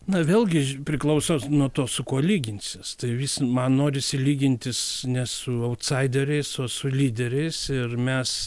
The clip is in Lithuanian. na vėlgiž priklauso nuo to su kuo lyginsies tai vis man norisi lygintis ne su autsaideriais o su lyderiais ir mes